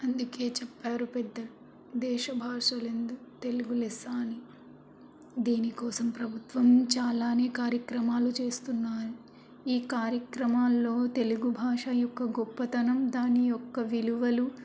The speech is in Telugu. అందుకే చెప్పారు పెద్ద దేశ భాషలెందు తెలుగు లెస్సా అని దీనికోసం ప్రభుత్వం చాలానే కార్యక్రమాలు చేస్తున్నారు ఈ కార్యక్రమాల్లో తెలుగు భాష యొక్క గొప్పతనం దాని యొక్క విలువలు